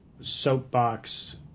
soapbox